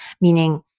Meaning